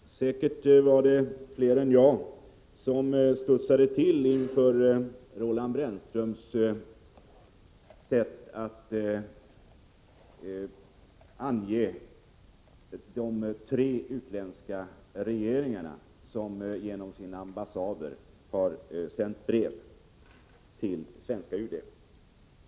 Herr talman! Säkert var det fler än jag som studsade till inför Roland Brännströms sätt att tala om de tre utländska regeringar som genom sina ambassader har sänt brev till UD.